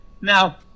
Now